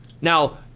Now